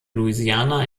louisiana